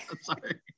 sorry